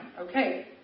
Okay